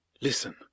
Listen